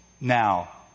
now